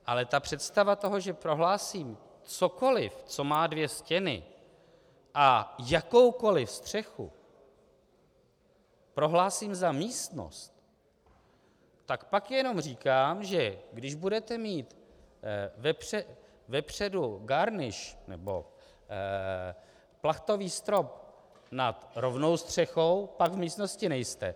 Ale představa toho, že prohlásím cokoliv, co má dvě stěny a jakoukoliv střechu, prohlásím za místnost, tak pak jenom říkám, že když budete mít vepředu garnýž nebo plachtový strop nad rovnou střechou, pak v místnosti nejste.